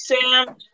Sam